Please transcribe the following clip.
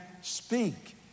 speak